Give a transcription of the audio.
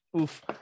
oof